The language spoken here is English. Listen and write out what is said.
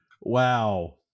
Wow